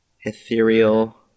ethereal